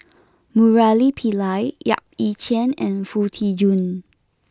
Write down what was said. Murali Pillai Yap Ee Chian and Foo Tee Jun